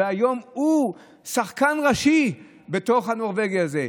והיום הוא שחקן ראשי בתוך הנורבגי הזה.